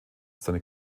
seine